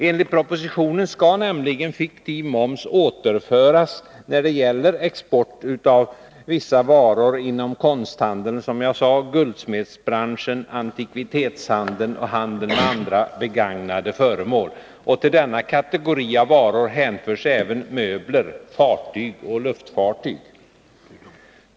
Enligt propositionen skall nämligen fiktiv moms återföras när det gäller export av vissa varor inom konsthandeln, guldsmedsbranschen, antikvitetshandeln och handeln med andra begagnade föremål. Och till denna kategori av varor hänförs även möbler, fartyg och luftfartyg.